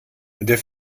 der